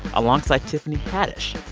alongside tiffany haddish.